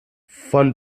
von